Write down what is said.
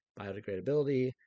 biodegradability